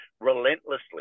relentlessly